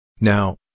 Now